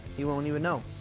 he won't even know.